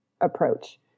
approach